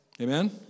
Amen